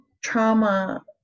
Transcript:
trauma